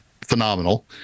phenomenal